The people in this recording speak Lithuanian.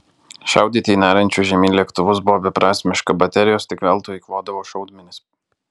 šaudyti į neriančius žemyn lėktuvus buvo beprasmiška baterijos tik veltui eikvodavo šaudmenis